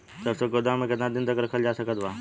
सरसों के गोदाम में केतना दिन तक रखल जा सकत बा?